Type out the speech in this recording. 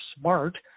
smart